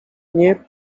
nie